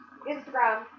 Instagram